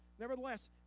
Nevertheless